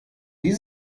die